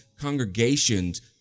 congregations